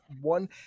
one